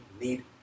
need